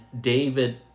David